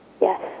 Yes